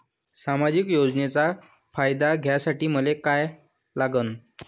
सामाजिक योजनेचा फायदा घ्यासाठी मले काय लागन?